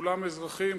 כולם אזרחים,